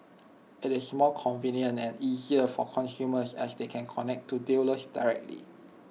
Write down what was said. IT is more convenient and easier for consumers as they can connect to dealers directly